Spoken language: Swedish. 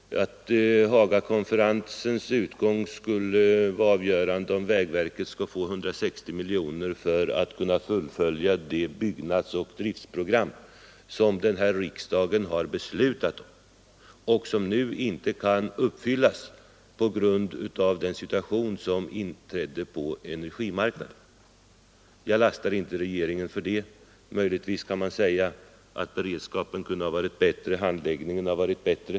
Skulle utgången av Hagakonferensen vara avgörande för om vägverket skall få 160 miljoner kronor för att kunna fullfölja det byggnadsoch driftprogram som riksdagen beslutat om och som nu inte kan uppfyllas på grund av situationen på energimarknaden? Jag lastar inte regeringen för det. Möjligen kan man säga att beredskapen och handläggningen kunde ha varit bättre.